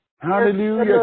Hallelujah